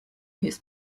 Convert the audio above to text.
his